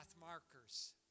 markers